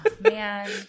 Man